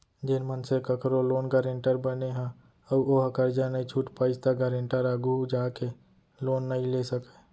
जेन मनसे कखरो लोन गारेंटर बने ह अउ ओहा करजा नइ छूट पाइस त गारेंटर आघु जाके लोन नइ ले सकय